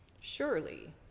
Surely